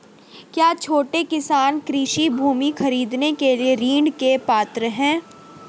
क्या छोटे किसान कृषि भूमि खरीदने के लिए ऋण के पात्र हैं?